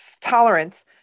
tolerance